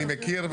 אני מכיר.